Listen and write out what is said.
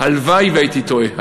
הלוואי שהייתי טועה,